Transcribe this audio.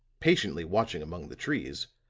patiently watching among the trees,